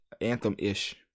Anthem-ish